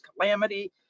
calamity